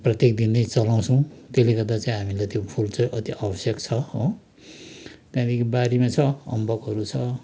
प्रत्येक दिनै चलाउँछौँ त्यसले गर्दा चाहिँ हामीलाई त्यो फुल चाहिँ अति आवश्यक छ हो त्यहाँदेखि बारीमा छ अम्बकहरू छ